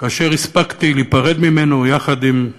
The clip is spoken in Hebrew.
כאשר הספקתי להיפרד ממנו יחד עם,